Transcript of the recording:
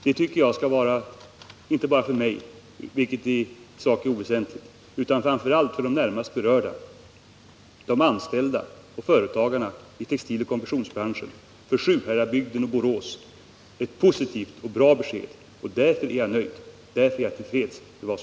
Det är inte bara för mig — vilket i sak är oväsentligt — utan också och framför allt för de närmast berörda, för de anställda och företagen inom textiloch konfektionsbranschen samt för Sjuhäradsbygden och Borås ett positivt och bra besked. Därför är jag nöjd och till freds.